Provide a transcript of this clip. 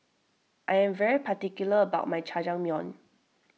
I am very particular about my Jajangmyeon